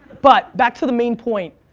but, back to the main point.